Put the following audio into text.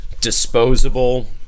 disposable –